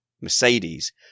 Mercedes